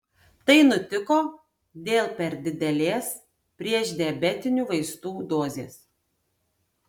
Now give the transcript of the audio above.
tai nutiko dėl per didelės priešdiabetinių vaistų dozės